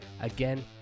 again